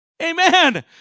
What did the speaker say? amen